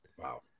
Wow